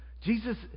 Jesus